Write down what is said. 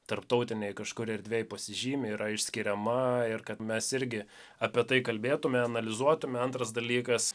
tarptautinėj kažkur erdvėj pasižymi yra išskiriama ir kad mes irgi apie tai kalbėtume analizuotume antras dalykas